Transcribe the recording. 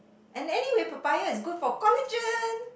and anyway papaya is good for collagen